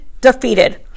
defeated